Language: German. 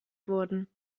wurden